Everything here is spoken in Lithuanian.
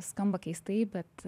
skamba keistai bet